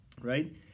right